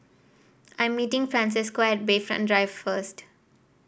I am meeting Francesco at Bayfront Drive first